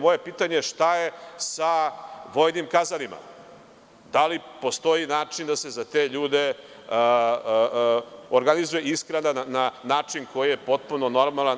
Moje pitanje je, šta je sa vojnim kazanima, da li postoji način da se za te ljude organizuje ishrana na koji je normalan.